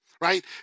right